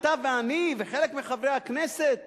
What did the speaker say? אתה ואני וחלק מחברי הכנסת,